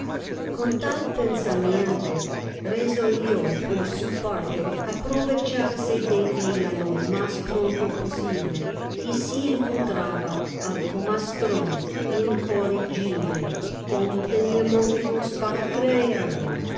con tal pensamiento resolvió por su parte aprovecharse de ella lo mas pronto posible y si encontraba al camastrón incorregible como tenia motivos para creerlo